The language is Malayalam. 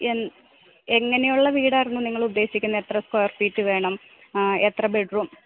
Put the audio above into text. എങ്ങനെയുള്ള വീടായിരുന്നു നിങ്ങൾ ഉദ്ദേശിക്കുന്ന് എത്ര സ്ക്വയർ ഫീറ്റ് വേണം എത്ര ബെഡ്റൂം